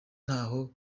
ntaho